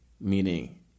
meaning